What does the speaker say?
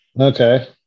Okay